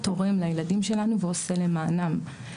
תורם לילדים שלנו ועושה למענם.